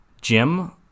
Jim